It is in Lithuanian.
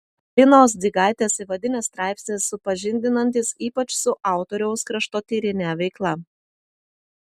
linos dzigaitės įvadinis straipsnis supažindinantis ypač su autoriaus kraštotyrine veikla